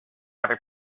other